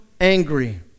Angry